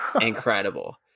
incredible